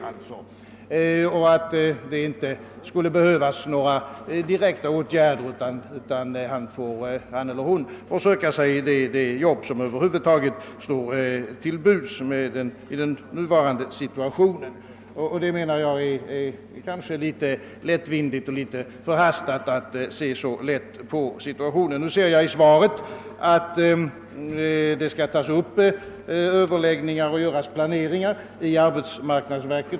Det skulle därför inte behövas några direkta åtgärder, utan studenten och studentskan får söka sig det arbete som över huvud taget står till buds i nuvarande situation. Jag menar, att detta är ett något lättvindigt och förhastat sätt att betrakta denna fråga. Det framgick av svaret, att man inom arbetsmarknadsverket skall ta upp överläggningar och genomföra planeringar i dessa frågor.